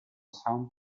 sound